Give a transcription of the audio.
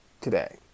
today